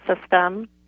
system